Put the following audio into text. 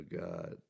God